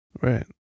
Right